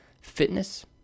Fitness